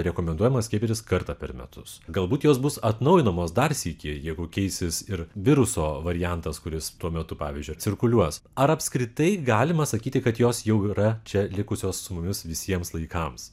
rekomenduojama skiepytis kartą per metus galbūt jos bus atnaujinamos dar sykį jeigu keisis ir viruso variantas kuris tuo metu pavyzdžiui cirkuliuos ar apskritai galima sakyti kad jos jau yra čia likusios su mumis visiems laikams